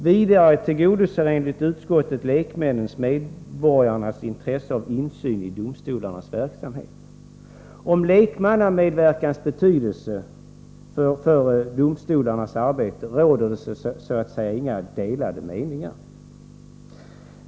Vidare tillgodoser enligt utskottet lekmännen medborgarnas intresse av insyn i domstolarnas verksamhet.” Om lekmannamedverkans betydelse för domstolarnas arbete råder det således inga delade meningar.